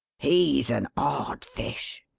he's an odd fish,